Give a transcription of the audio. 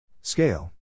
Scale